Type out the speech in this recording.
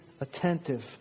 attentive